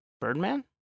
Birdman